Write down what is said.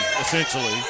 essentially